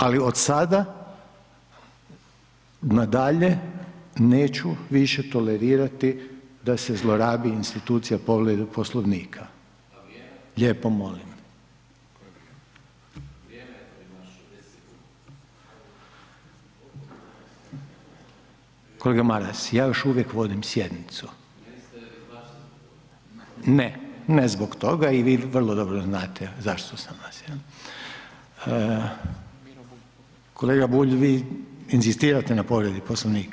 Ali od sada na dalje neću više tolerirati da se zlorabi institucija povrede Poslovnika, lijepo molim. ... [[Upadica se ne čuje.]] Kolega Maras, ja još uvijek vodim sjednicu. ... [[Upadica se ne čuje.]] Ne, ne zbog toga i vi vrlo dobro znate zašto sam ... Kolega Bulj, vi inzistirate na povredi Poslovnika?